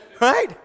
right